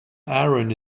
aaron